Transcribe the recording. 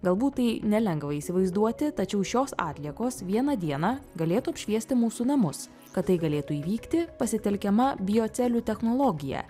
galbūt tai nelengva įsivaizduoti tačiau šios atliekos vieną dieną galėtų apšviesti mūsų namus kad tai galėtų įvykti pasitelkiama biocelių technologija